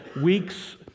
weeks